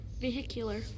Vehicular